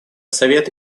совет